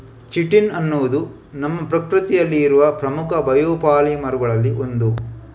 chitin ಅನ್ನುದು ನಮ್ಮ ಪ್ರಕೃತಿಯಲ್ಲಿ ಇರುವ ಪ್ರಮುಖ ಬಯೋಪಾಲಿಮರುಗಳಲ್ಲಿ ಒಂದು